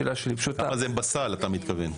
כמה זה בסל אתה מתכוון?